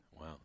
Wow